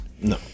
No